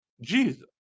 Jesus